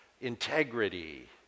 integrity